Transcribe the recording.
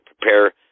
prepare